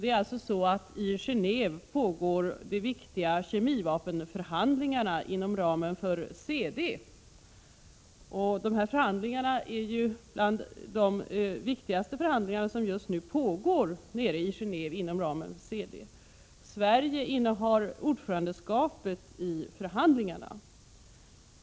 Det är så att i Genéve pågår de viktiga kemivapenförhandlingarna inom ramen för CD. Dessa förhandlingar är bland de viktigaste förhandlingarna som just nu äger rum nere i Gené&ve. Sverige innehar ordförandeskapet vid förhandlingarna.